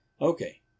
Okay